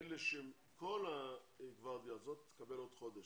כל הגוורדיה הזאת תקבל עוד חודש.